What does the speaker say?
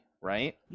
Right